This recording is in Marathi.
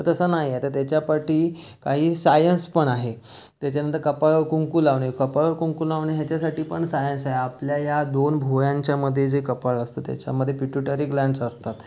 तर तसं नाही आहे तर त्याच्यापाठी काही सायन्स पण आहे त्याच्यानंतर कपाळावर कुंकू लावणे कपाळावर कुंकू लावणे ह्याच्यासाठी पण सायन्स आहे आपल्या ह्या दोन भुवयांच्यामध्ये जे कपाळ असतं त्याच्यामध्ये पिट्युटरी ग्लान्स असतात